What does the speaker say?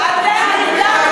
פתרון,